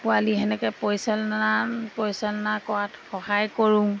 পোৱালি সেনেকে পৰিচালনা পৰিচালনা কৰাত সহায় কৰোঁ